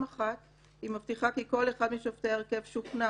אחת - היא מבטיחה כי כל אחד משופטי ההרכב שוכנע